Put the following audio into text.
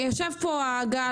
יושב פה גל,